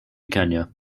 kenya